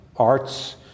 Arts